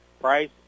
Price